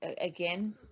again